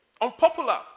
unpopular